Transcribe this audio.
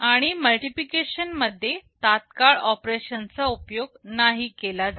आणि मल्टिप्लिकेशन मध्ये तात्काळ ऑपरेशन्स चा उपयोग नाही केला जात